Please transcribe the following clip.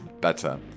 better